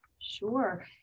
Sure